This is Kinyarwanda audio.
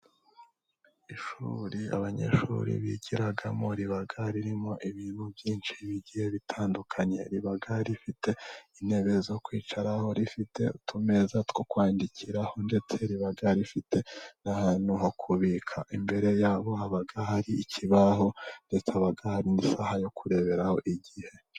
Ishuri abanyeshuri bigiramo riba ririmo ibintu byinshi bigiye bitandukanye, riba rifite intebe zo kwicaraho, rifite utumeza two kwandikiraho, ndetse riba rifite n'ahantu ho kubika, imbere yabo haba hari ikibaho ndetse haba hari n'isaha yo kureberaho igihe.